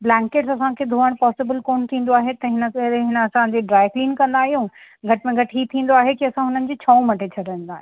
blanket असांखे धोअणु possible कोन थींदो आहे त हिन करे हिन असांखे ड्रायक्लीन कंदा आहियूं घटि में घटि ई थींदो आहे कि असां हुननि जी छऊं मटे छॾंदा आहियूं